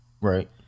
Right